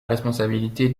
responsabilité